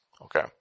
okay